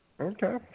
Okay